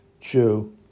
Jew